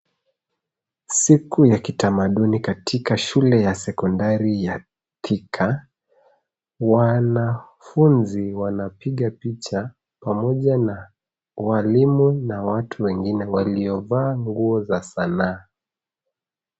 Siku ya kitamaduni katika shule ya sekondari ya Thika, wanafunzi wanapiga picha pamoja na walimu na watu wengine waliovaa nguo za sana.